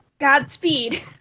godspeed